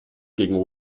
gegen